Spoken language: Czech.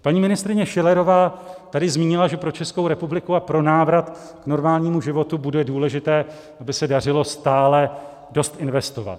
Paní ministryně Schillerová tady zmínila, že pro Českou republiku a pro návrat k normálnímu životu bude důležité, aby se dařilo stále dost investovat.